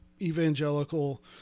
evangelical